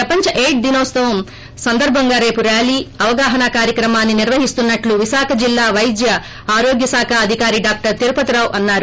ప్రపంచ ఎయిడ్స్ దినోత్సవం సందర్బంగా రేపు ర్యాలీ అవగాహన కార్యక్రమాన్ని నిర్వహిన్సనున్నట్టు విశాఖ జిల్లా వైద్య ఆరోగ్య శాఖ అధికారి డాక్టర్ తిరుపతి రావు అన్సారు